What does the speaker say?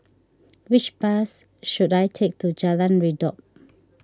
which bus should I take to Jalan Redop